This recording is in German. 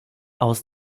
aus